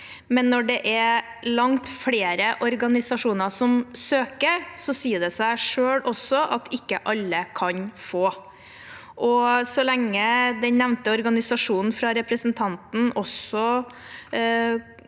men når det er langt flere organisasjoner som søker, sier det seg selv at ikke alle kan få. Så lenge den organisasjonen representanten